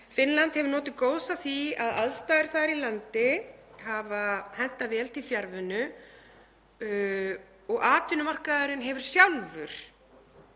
Finnland hefur notið góðs af því að aðstæður þar í landi hafa hentað vel til fjarvinnu og atvinnumarkaðurinn hefur sjálfur